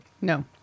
no